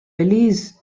belize